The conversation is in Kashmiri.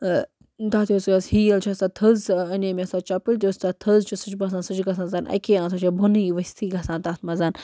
تَتھ یُس یۄس ہیٖل چھےٚ سۄ تھٔز اَنے مےٚ سۄ چَپٕلۍ یۄس تَتھ تھٔز چھِ سۄ چھِ باسان سۄ چھِ گژھان زَنہٕ اَکی اَنٛد سۄ چھِ بۄنٕے ؤسۍتھٕے گژھان تَتھ منٛز